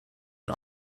and